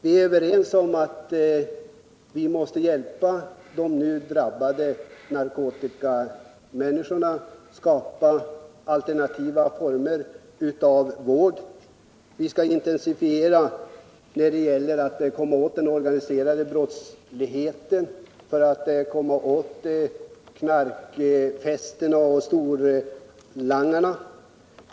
Vi är överens om att vi måste hjälpa de nu drabbade narkomanerna och att vi skall skapa alternativa vårdformer. Vi skall intensifiera verksamheten när det gäller att komma åt den organiserade brottsligheten, vi skall försöka hjälpa narkomanerna att komma bort från knarkfästena och vi skall försöka komma åt storlangarna.